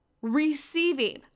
receiving